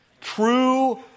True